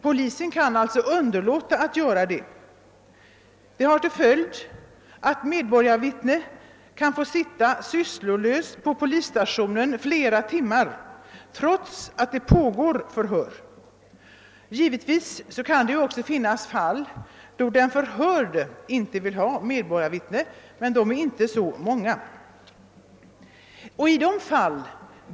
Polisen kan alltså underlåta att göra det, och detta har till följd att medborgarvittne kan få sitta sysslolös på polisstationen flera timmar trots att förhör pågår. Givetvis kan det också finnas fall där den förhörde inte vill ha medborgarvittne, men de är inte så många.